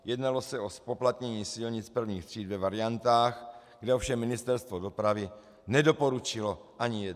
Jednalo se o zpoplatnění silnic prvních tříd ve variantách, kde ovšem Ministerstvo dopravy nedoporučilo ani jednu.